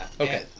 Okay